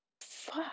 fuck